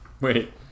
wait